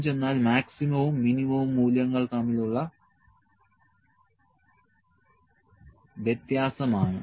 range എന്നാൽ മാക്സിമവും മിനിമവും മൂല്യങ്ങൾ തമ്മിലുള്ള വ്യത്യാസമാണ്